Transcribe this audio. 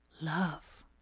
love